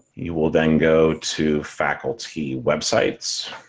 you will then go to faculty websites.